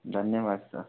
धन्यवाद सर